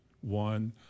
one